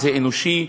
זה אנושי,